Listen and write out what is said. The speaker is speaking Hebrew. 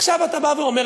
עכשיו אתה בא ואומר,